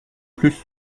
plus